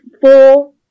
four